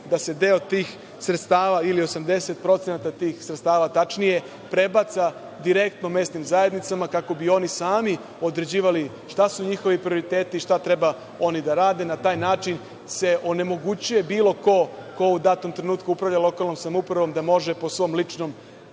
da se deo tih sredstava ili 80% tih sredstava tačnije prebaci direktno mesnim zajednicama kako bi one same određivale šta su njihovi prioriteti i šta treba oni da rade. Na taj način se onemogućuje bilo ko ko u datom trenutku upravlja lokalnom samoupravom da može po svom ličnom